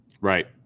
right